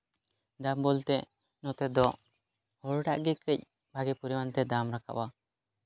ᱫᱟᱢ ᱵᱚᱞᱛᱮ ᱱᱚᱛᱮ ᱫᱚ ᱦᱚᱲᱟᱜ ᱜᱮ ᱠᱟᱹᱡ ᱵᱷᱟᱹᱜᱮ ᱯᱚᱨᱤᱢᱟᱱ ᱜᱮ ᱫᱟᱢ ᱨᱟᱠᱟᱵᱟ